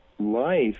Life